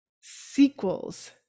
sequels